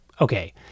Okay